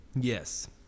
Yes